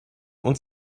und